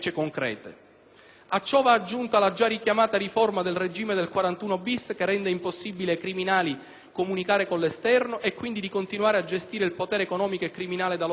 A ciò va aggiunta la già richiamata riforma del regime dell'articolo 41-*bis*, che rende impossibile ai criminali comunicare con l'esterno e quindi continuare a gestire il potere economico e criminale da loro conquistato.